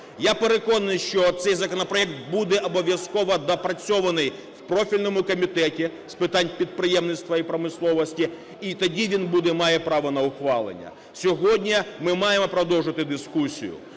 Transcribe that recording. Я переконаний, що цей законопроект буде обов'язково доопрацьований в профільному Комітеті з питань підприємництва і промисловості, і тоді він має право на ухвалення. Сьогодні ми маємо продовжувати дискусію,